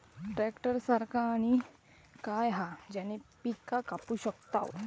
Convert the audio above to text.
Tractor सारखा आणि काय हा ज्याने पीका कापू शकताव?